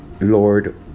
lord